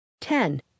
Ten